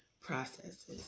processes